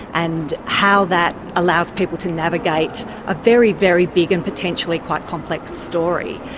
and how that allows people to navigate a very, very big and potentially quite complex story.